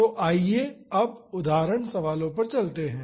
तो आइए अब उदाहरण सवालों पर चलते हैं